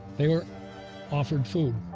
they were offered food.